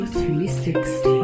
360